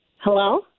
Hello